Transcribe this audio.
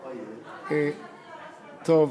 טוב,